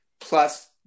plus